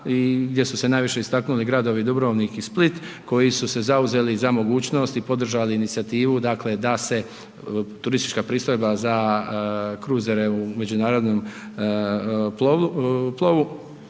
gdje su se najviše istaknuli gradovi Dubrovnik i Split, koji su se zauzeli za mogućnost i podržali inicijativu dakle da se turistička pristojba za kruzere u međunarodnom plovu